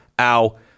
ow